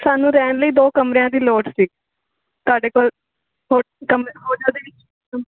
ਸਾਨੂੰ ਰਹਿਣ ਲਈ ਦੋ ਕਮਰਿਆਂ ਦੀ ਲੋੜ ਸੀ ਤੁਹਾਡੇ ਕੋਲ ਹੋਟਲ ਦੇ ਵਿੱਚ ਦ